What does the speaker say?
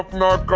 not